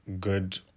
good